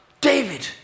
David